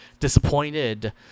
disappointed